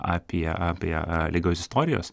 apie apie ligos istorijos